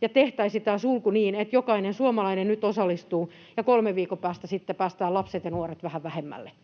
ja tehtäisiin tämä sulku niin, että jokainen suomalainen nyt osallistuu ja kolmen viikon päästä sitten päästetään lapset ja nuoret vähän vähemmälle.